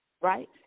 right